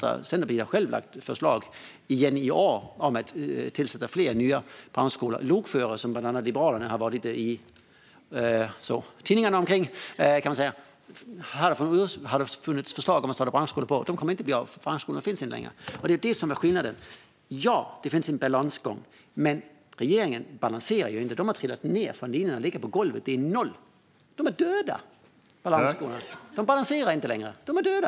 Vi i Centerpartiet har själva i nio år lagt fram förslag om att inrätta fler nya branschskolor, till exempel för lokförare, en yrkesgrupp som Liberalerna talat om på senare tid - det har ju tidningarna skrivit om. Detta kommer inte att bli av, för branschskolorna finns inte längre. Det är det som är skillnaden. Ja, det är en balansgång. Men regeringen balanserar ju inte längre. De har trillat ned från linan och ligger på golvet. Det är noll. De är döda.